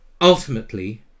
Ultimately